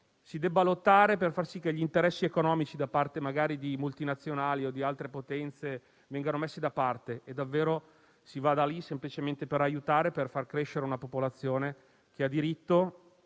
in quei territori affinché gli interessi economici da parte di multinazionali o di altre potenze vengano messi da parte e si vada lì semplicemente per aiutare e far crescere una popolazione che ha diritto